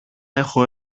έχω